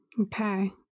okay